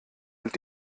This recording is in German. und